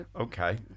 Okay